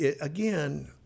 again